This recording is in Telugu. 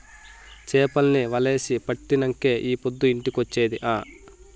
చేపల్ని వలేసి పట్టినంకే ఈ పొద్దు ఇంటికొచ్చేది ఆ